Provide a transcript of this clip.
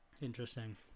Interesting